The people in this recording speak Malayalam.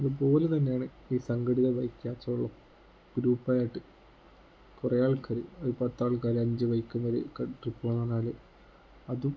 അതുപോലെ തന്നെയാണ് ഈ സംഘടിത ബൈക്ക് കേപ്ചറുകളും ഗ്രൂപ്പായിട്ട് കുറേ ആൾക്കാർ ഒരു പത്താൾക്കാർ അഞ്ച് ബൈക്കിൻ മേൽ ട്രിപ്പ് പോകണം പറഞ്ഞാൽ അതും